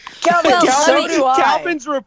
Calvin's